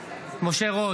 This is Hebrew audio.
נגד משה רוט,